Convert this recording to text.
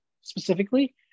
specifically